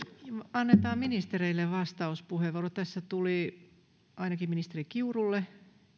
annetaan ministereille vastauspuheenvuorot tässä tuli ainakin ministeri kiurulle